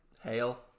Hail